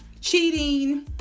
cheating